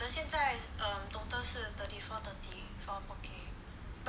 then 现在 um total 是 thirty four thirty for poke